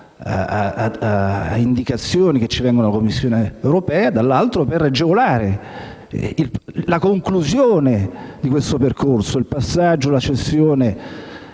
indicazioni che ci vengono dalla Commissione europea e, dall'altro, per agevolare la conclusione di questo percorso con la cessione